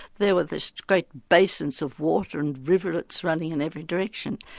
there were these great basins of water and rivulets running in every direction.